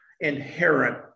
inherent